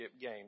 game